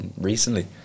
recently